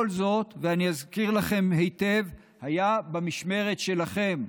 כל זאת, אני אזכיר לכם היטב, היה במשמרת שלכם,